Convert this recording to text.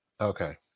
Okay